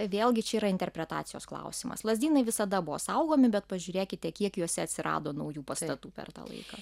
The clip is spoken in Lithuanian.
vėlgi čia yra interpretacijos klausimas lazdynai visada buvo saugomi bet pažiūrėkite kiek juose atsirado naujų pastatų per tą laiką